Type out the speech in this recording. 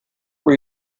were